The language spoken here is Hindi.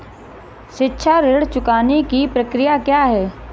शिक्षा ऋण चुकाने की प्रक्रिया क्या है?